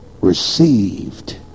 received